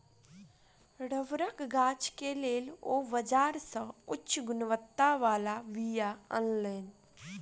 रबड़क गाछ के लेल ओ बाजार से उच्च गुणवत्ता बला बीया अनलैन